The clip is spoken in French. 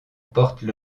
portent